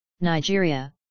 Nigeria